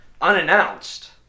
unannounced